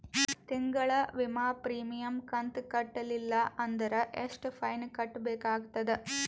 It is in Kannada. ತಿಂಗಳ ವಿಮಾ ಪ್ರೀಮಿಯಂ ಕಂತ ಕಟ್ಟಲಿಲ್ಲ ಅಂದ್ರ ಎಷ್ಟ ಫೈನ ಕಟ್ಟಬೇಕಾಗತದ?